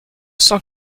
cent